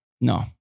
No